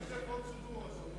איזו פרוצדורה זאת,